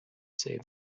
say